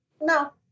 no